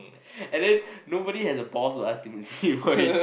and then nobody have the balls to ask him to see about it